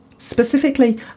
Specifically